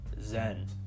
zen